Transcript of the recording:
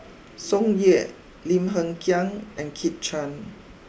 Tsung Yeh Lim Hng Kiang and Kit Chan